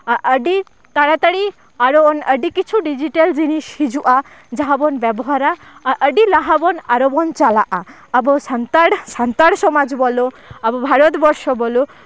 ᱟᱹᱰᱤ ᱛᱟᱲᱟ ᱛᱟᱲᱤ ᱠᱟᱨᱚᱱ ᱟᱹᱰᱤ ᱠᱤᱪᱷᱩ ᱰᱤᱡᱤᱴᱮᱞ ᱡᱤᱱᱤᱥ ᱦᱤᱡᱩᱜᱼᱟ ᱡᱟᱦᱟᱸ ᱵᱚᱱ ᱵᱮᱵᱚᱦᱟᱨᱟ ᱟᱨ ᱟᱹᱰᱤ ᱞᱟᱦᱟᱵᱚᱱ ᱟᱨᱚ ᱵᱚᱱ ᱪᱟᱞᱟᱜᱼᱟ ᱟᱵᱚ ᱥᱟᱱᱛᱟᱲ ᱥᱟᱱᱛᱟᱲ ᱥᱚᱢᱟᱡᱽ ᱵᱚᱞᱚ ᱟᱵᱚ ᱵᱷᱟᱨᱚᱛᱵᱚᱨᱥᱚ ᱵᱚᱞᱚ